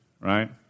right